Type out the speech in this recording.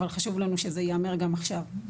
אבל חשוב לנו שזה ייאמר גם עכשיו.